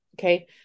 Okay